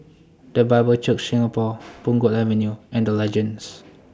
The Bible Church Singapore Punggol Avenue and The Legends